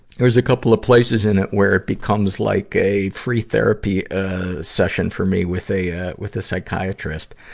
there's a couple of places in it where it becomes like a free therapy, ah, session for me, with a, ah, with a psychiatrist.